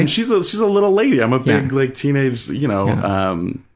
and she's ah she's a little lady. i'm a big like teenage, you know, um